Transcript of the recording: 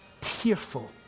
tearful